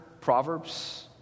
Proverbs